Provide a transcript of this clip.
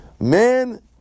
man